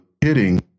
hitting